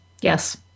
Yes